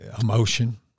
emotion